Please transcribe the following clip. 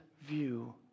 view